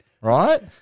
right